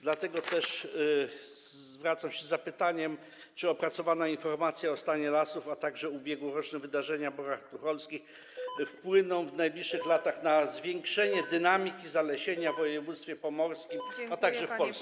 Dlatego też zwracam się z zapytaniem: Czy opracowana informacja o stanie lasów a także ubiegłoroczne wydarzenia w Borach Tucholskich wpłyną w najbliższych latach na zwiększenie dynamiki zalesienia w województwie pomorskim, a także w Polsce?